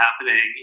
happening